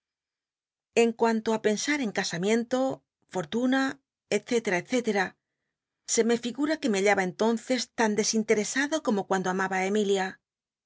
en cuanto t pensar en casamiento fortuna etc etc se me figura que me hallaba entonces lan desintcrcsarlo como cuando amaba j emilia